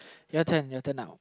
your turn your turn now